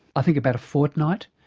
i think about a fortnight.